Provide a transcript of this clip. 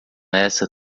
essa